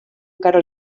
encara